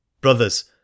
Brothers